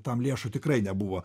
tam lėšų tikrai nebuvo